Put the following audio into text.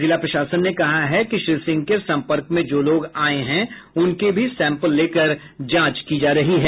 जिला प्रशासन ने कहा है कि श्री सिंह के संपर्क में जो लोग आये हैं उनके भी सैंपल लेकर जांच की जा रही है